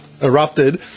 erupted